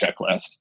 checklist